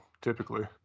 typically